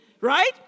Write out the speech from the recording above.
Right